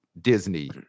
disney